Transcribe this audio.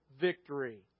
victory